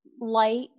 light